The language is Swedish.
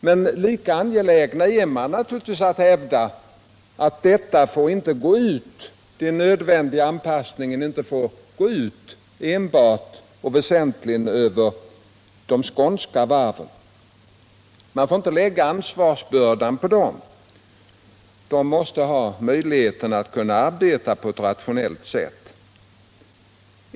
Men lika angelägen är man naturligtvis att hävda att den nödvändiga anpassningen inte får gå ut enbart eller väsentligen över de skånska varven; ansvarsbördan får inte läggas på dem, utan de måste ha möjligheter att arbeta på ett rationellt sätt.